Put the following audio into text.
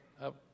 up